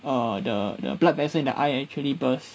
err the the blood vessel in the eye actually burst